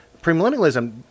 premillennialism